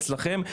אצלכם,